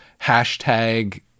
hashtag